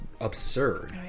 absurd